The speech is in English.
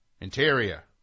Interior